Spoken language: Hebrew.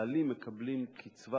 שהבעלים מקבלים קצבת